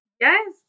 Yes